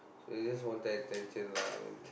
so he just wanted attention lah